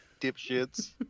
dipshits